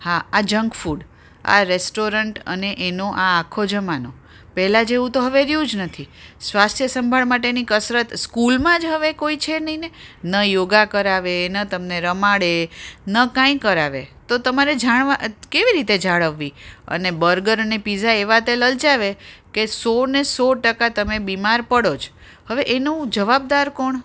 હા આ junk food આ રેસ્ટોરન્ટ અને એનો આ આખો જમાનો પહેલાં જેવું તો હવે રહ્યું જ નથી સ્વાસ્થ્ય સંભાળ માટેની કસરત સ્કૂલમાં જ હવે કોઈ છે નહીં ને ન યોગા કરાવે ન તમને રમાડે ન કાંઈ કરાવે તો તમારે જાણવા કેવી રીતે જાળવવી અને બર્ગર અને પીઝા એવા તે લલચાવે કે સો ને સો ટકા તમે બીમાર પડો જ હવે એનો જવાબદાર કોણ